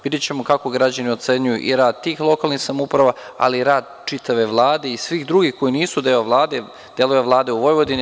Videćemo kako građani ocenjuju i rad tih lokalnih samouprava ali i rad čitave Vlade i svih drugih koji nisu deo Vlade, deo je Vlade u Vojvodini.